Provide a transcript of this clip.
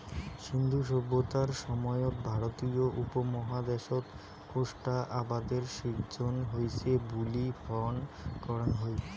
সিন্ধু সভ্যতার সময়ত ভারতীয় উপমহাদ্যাশত কোষ্টা আবাদের সিজ্জন হইচে বুলি ফম করাং হই